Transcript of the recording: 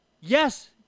yes